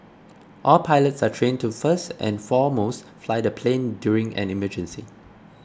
all pilots are trained to first and foremost fly the plane during an emergency